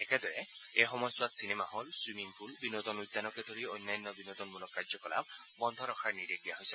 একেদৰে এই সময়ছোৱাত চিনেমা হল ছুইমিং পুল বিনোদন উদ্যানকে ধৰি অন্যান্য বিনোদনমূলক কাৰ্যকলাপ বন্ধ ৰখাৰ নিৰ্দেশ দিয়া হৈছে